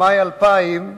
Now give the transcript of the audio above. במאי 2000,